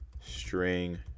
string